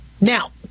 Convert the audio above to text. Now